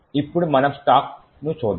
ఇప్పుడు మనం స్టాక్ చూద్దాం